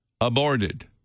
aborted